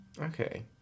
Okay